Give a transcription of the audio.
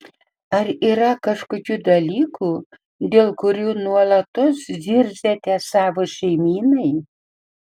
ar yra kažkokių dalykų dėl kurių nuolatos zirziate savo šeimynai